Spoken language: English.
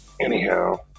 anyhow